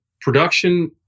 production